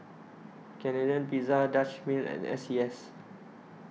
Canadian Pizza Dutch Mill and S C S